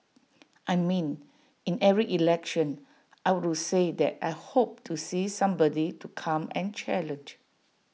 I mean in every election I would to say that I hope to see somebody to come and challenge